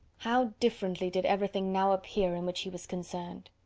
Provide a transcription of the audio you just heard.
how differently did everything now appear in which he was concerned!